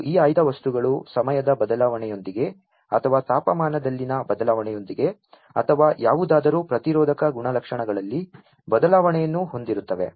ಮತ್ತು ಈ ಆಯ್ದ ವಸ್ತುಗಳು ಸಮಯದ ಬದಲಾವಣೆಯೊಂದಿಗೆ ಅಥವಾ ತಾಪಮಾನದಲ್ಲಿನ ಬದಲಾವಣೆಯೊಂದಿಗೆ ಅಥವಾ ಯಾವುದಾದರೂ ಪ್ರತಿರೋಧಕ ಗುಣಲಕ್ಷಣಗಳಲ್ಲಿ ಬದಲಾವಣೆಯನ್ನು ಹೊಂದಿರುತ್ತವೆ